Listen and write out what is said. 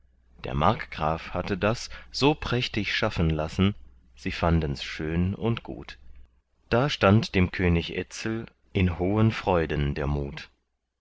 der markgraf hatte das so prächtig schaffen lassen sie fandens schön und gut da stand dem könig etzel in hohen freuden der mut